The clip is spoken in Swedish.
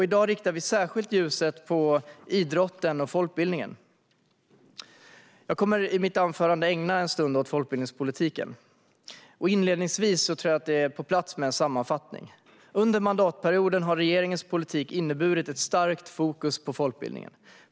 I dag riktar vi särskilt ljuset mot idrotten och folkbildningen. Jag kommer i mitt anförande att ägna en stund åt folkbildningspolitiken. Inledningsvis är det på sin plats att göra en sammanfattning. Under mandatperioden har regeringens politik inneburit ett starkt fokus på folkbildningen.